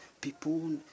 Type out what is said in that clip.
People